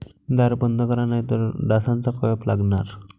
दार बंद करा नाहीतर डासांचा कळप लागणार